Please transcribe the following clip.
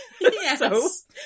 Yes